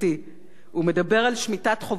הוא מדבר על שמיטת חובות מוחלטת.